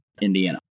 Indiana